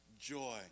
joy